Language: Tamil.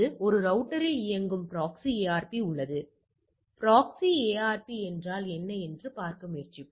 எனவே இன்மை கருதுகோளை நாம் நிராகரிக்க முடியும்